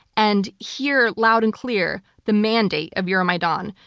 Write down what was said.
and hear, loud and clear, the mandate of euromaidan.